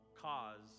Cause